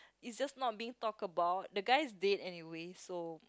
is just not being talked about the guy is dead anyway so